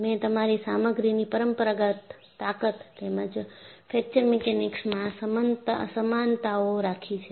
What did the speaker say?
મેં તમારી સામગ્રીની પરમપરાગત તાકત તેમજ ફ્રેક્ચર મિકેનિક્સમાં સમાનતાઓ રાખી છે